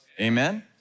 Amen